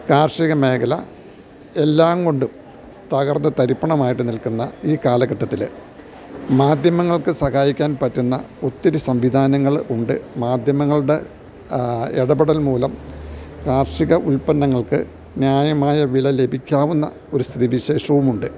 കാർഷിക മേഖല എല്ലാംകൊണ്ടും തകർന്നു തരിപ്പണമായിട്ടു നിൽക്കുന്ന ഈ കാലഘട്ടത്തില് മാധ്യമങ്ങൾക്കു സഹായിക്കാൻ പറ്റുന്ന ഒത്തിരി സംവിധാനങ്ങൾ ഉണ്ട് മാധ്യമങ്ങളുടെ ഇടപെടൽ മൂലം കാർഷിക ഉൽപ്പന്നങ്ങൾക്കു ന്യായമായ വില ലഭിക്കാവുന്ന ഒരു സ്ഥിതി വിശേഷവുമുണ്ട്